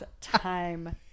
time